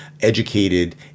educated